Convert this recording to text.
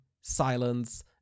silence